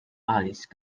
alice